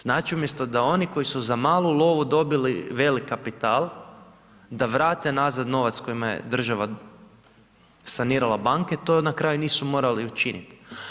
Znači umjesto da oni koji su za malu lovu dobili velik kapital da vrate nazad novac kojim je država sanirala banke, to na kraju nisu morali učiniti.